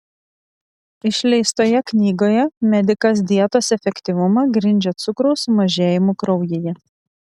išleistoje knygoje medikas dietos efektyvumą grindžia cukraus sumažėjimu kraujyje